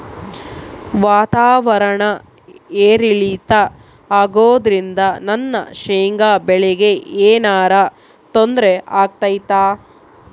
ವಾತಾವರಣ ಏರಿಳಿತ ಅಗೋದ್ರಿಂದ ನನ್ನ ಶೇಂಗಾ ಬೆಳೆಗೆ ಏನರ ತೊಂದ್ರೆ ಆಗ್ತೈತಾ?